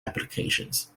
applications